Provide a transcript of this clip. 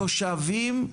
תושבים,